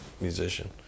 musician